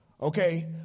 Okay